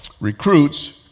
recruits